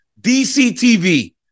DCTV